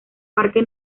parque